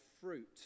fruit